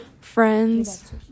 friends